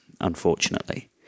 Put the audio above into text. unfortunately